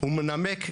ומנמק כדלקמן: